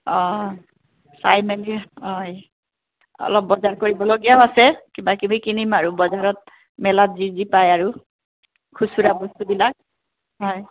অঁ চাই মেলি হয় অলপ বজাৰ কৰিবলগীয়াও আছে কিবা কিবি কিনিম আৰু বজাৰত মেলাত যি যি পায় আৰু খুচুৰা বস্তুবিলাক হয়